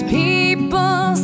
people